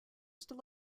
still